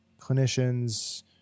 clinicians